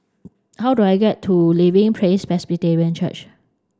how do I get to Living Praise Presbyterian Church